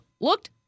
looked